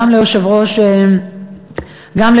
גם ליושב-ראש הסיעה,